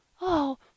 Oh